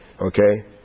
Okay